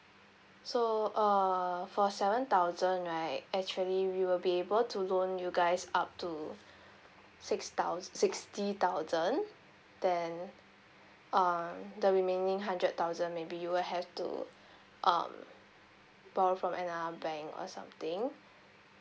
so uh for seven thousand right actually we will be able to loan you guys up to six thousand sixty thousand then um the remaining hundred thousand maybe you will have to um borrow from another bank or something